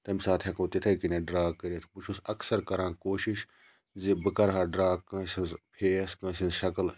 تمہِ ساتہٕ ہیٚکو تِتھٕے کٔنیٚتھ ڈرا کٔرِتھ بہٕ چھُس اَکثَر کَران کوٗشِش زِ بہٕ کَرٕہا ڈرا کٲنٛسہِ ہٕنٛز فیس کٲنٛسہِ ہٕنٛز شکٕل